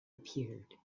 appeared